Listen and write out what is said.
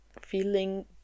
feeling